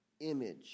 image